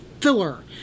filler